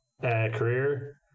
career